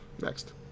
next